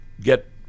get